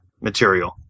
material